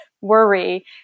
worry